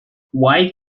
why